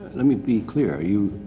let me be clear. are you,